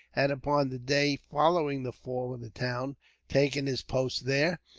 had upon the day following the fall of the town taken his post there,